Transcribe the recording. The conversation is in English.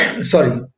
sorry